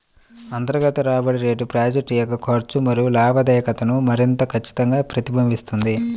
అంతర్గత రాబడి రేటు ప్రాజెక్ట్ యొక్క ఖర్చు మరియు లాభదాయకతను మరింత ఖచ్చితంగా ప్రతిబింబిస్తుంది